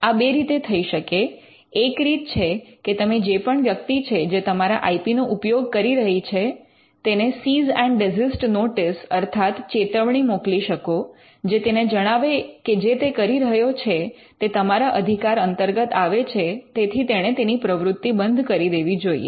આ બે રીતે થઈ શકે એક રીત છે કે તમે જે પણ વ્યક્તિ છે જે તમારા આઇ પી નો ઉપયોગ કરી રહી છે તેને સીસ ઍન્ડ ડિઝિસ્ટ નોટિસ અર્થાત ચેતવણી મોકલી શકો જે તેને જણાવે કે જે તે કરી રહ્યો છે તે તમારા અધિકાર અંતર્ગત આવે છે તેથી તેણે તેની પ્રવૃત્તિ બંધ કરી દેવી જોઈએ